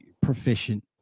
proficient